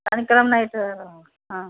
சனிக் கெழம எடுத்து ஞாயிற்றுக் கெழம ம்